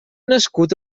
nascut